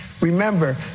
Remember